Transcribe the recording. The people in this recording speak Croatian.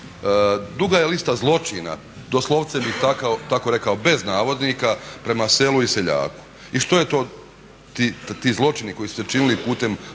duga je lista zločina doslovce bih tako rekao bez navodnika, prema selu i seljaku. I što su ti zločini koji su se činili putem